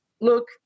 look